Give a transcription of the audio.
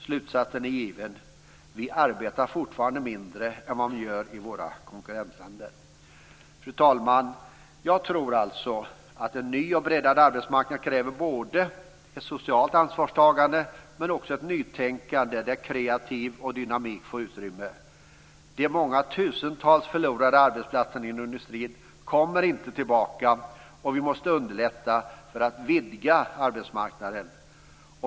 Slutsatsen är given: Vi arbetar fortfarande mindre än man gör i våra konkurrentländer. Fru talman! Jag tror alltså att en ny och breddad arbetsmarknad kräver både ett socialt ansvarstagande och ett nytänkande där kreativitet och dynamik får utrymme. De många tusentals förlorade arbetsplatserna i industrin kommer inte tillbaka, och vi måste underlätta för att vidga arbetsmarknaden.